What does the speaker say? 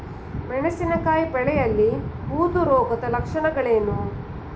ಮೆಣಸಿನಕಾಯಿ ಬೆಳೆಯಲ್ಲಿ ಬೂದು ರೋಗದ ಲಕ್ಷಣಗಳೇನು?